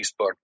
Facebook